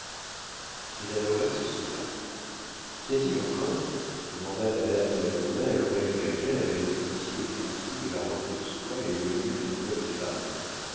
et la lorette se sauva qu'y a-t-il encore demanda madame de la baudraye à l'oreille de laquelle avaient retenti le froufrou de la robe de soie et les murmures d'une voix de femme